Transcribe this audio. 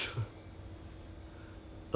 err oh 你有买 whiskey 的 meh